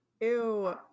Ew